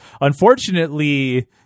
unfortunately